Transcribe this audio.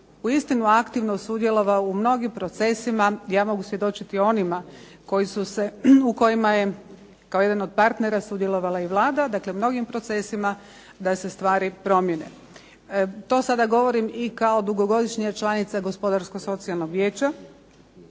uistinu aktivno sudjelovao u mnogim procesima, ja mogu svjedočiti o onima koji su se, u kojima je kao jedan od partnera sudjelovala i Vlada, dakle mnogim procesima da se stvari promijene. To sada govorim i kao dugogodišnja članica Gospodarsko socijalnog vijeća